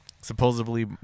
supposedly